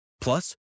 Plus